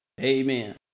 Amen